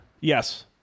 Yes